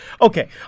Okay